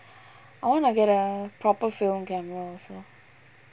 I wanna get a proper film camera also